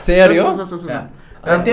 Sério